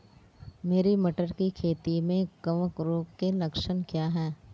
मेरी मटर की खेती में कवक रोग के लक्षण क्या हैं?